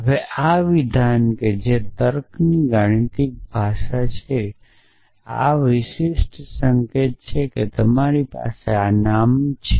હવે આ વિધાન જે તર્કની ગાણિતિક ભાષામાં છે આ વિશિષ્ટ સંકેત છે કે તમારી પાસે આ પ્રિડીકેટ નામ છે